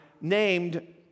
named